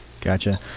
Gotcha